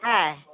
হ্যাঁ